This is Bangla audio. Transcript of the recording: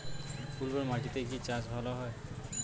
উর্বর মাটিতে কি চাষ ভালো হয়?